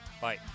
Bye